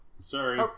sorry